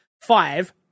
Five